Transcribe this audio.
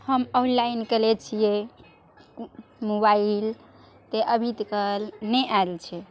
हम ऑनलाइन केले छियै मोबाइल तऽ अभी तक लए नहि अएल छै